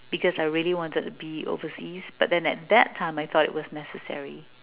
because I really wanted to be overseas but then at that time I thought it was necessary